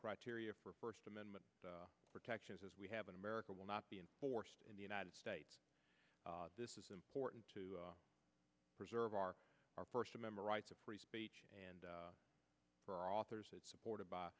criteria for first amendment protections as we have in america will not be enforced in the united states this is important to preserve our first remember rights of free speech and for authors that supported by